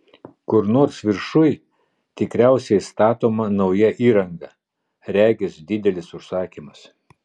kur nors viršuj tikriausiai statoma nauja įranga regis didelis užsakymas